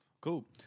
Cool